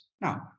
Now